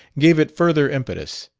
gave it further impetus.